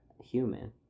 human